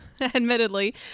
Admittedly